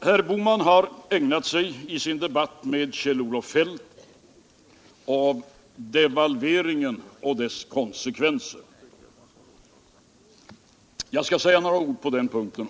Herr Bohman har i sin debatt med Kjell-Olof Feldt ägnat sig åt devalveringen och dess konsekvenser. Jag skall säga några ord också på den punkten.